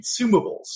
consumables